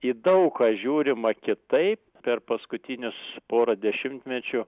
į daug ką žiūrima kitaip per paskutinius porą dešimtmečių